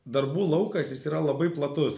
darbų laukas jis yra labai platus